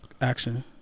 action